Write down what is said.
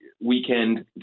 weekend